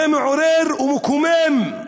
זה מעורר ומקומם.